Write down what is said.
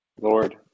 Lord